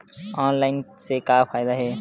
Online से का फ़ायदा हे?